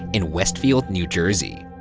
in westfield, new jersey.